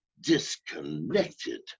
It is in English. disconnected